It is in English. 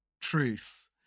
truth